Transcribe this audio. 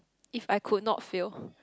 if I could not fail